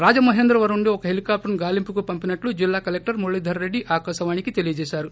రాజమహేంద్రవరం నుండి ఒక helicopter ను గాలింపు కు పంపినట్లు జిల్లా కలెక్లర్ మురళి ధర రెడ్డి ఆకాశవాణి కి తెలియచేసారు